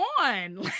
on